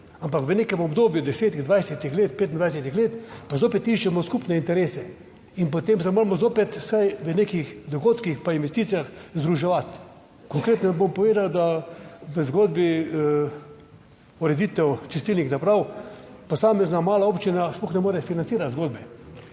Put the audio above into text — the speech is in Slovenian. ampak v nekem obdobju 10, 20 let, 25 let pa zopet iščemo skupne interese. In potem se moramo zopet vsaj v nekih dogodkih, pa investicijah združevati. Konkretno vam bom povedal, da v zgodbi ureditev čistilnih naprav, posamezna mala občina sploh ne more financirati zgodbe.